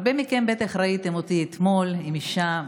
הרבה מכם בטח ראו אותי אתמול עם אישה נפלאה,